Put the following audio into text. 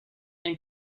and